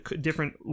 different